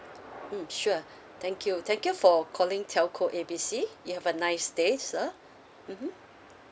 mm sure thank you thank you for calling telco A B C you have a nice days sir mmhmm